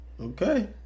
Okay